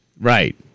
Right